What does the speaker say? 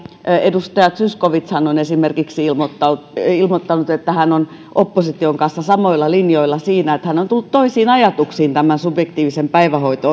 edustaja zyskowicz on esimerkiksi ilmoittanut että hän on opposition kanssa samoilla linjoilla ja että hän on tullut toisiin ajatuksiin tämän subjektiivisen päivähoito